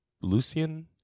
Lucian